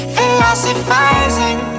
Philosophizing